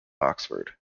oxford